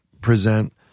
present